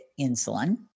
insulin